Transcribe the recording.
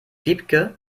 wiebke